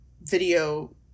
video